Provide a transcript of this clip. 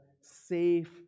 safe